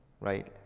right